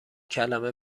کلمه